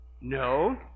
No